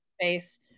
space